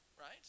right